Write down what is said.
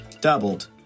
doubled